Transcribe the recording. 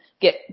get